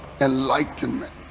Enlightenment